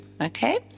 Okay